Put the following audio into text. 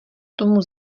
tomu